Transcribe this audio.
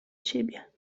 ciebie